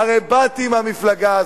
הרי באתי מהמפלגה הזו.